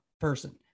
person